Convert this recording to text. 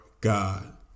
God